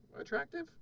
attractive